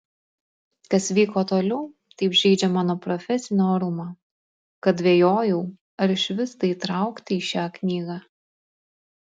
kas vyko toliau taip žeidžia mano profesinį orumą kad dvejojau ar išvis tai įtraukti į šią knygą